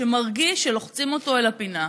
שמרגיש שלוחצים אותו אל הפינה,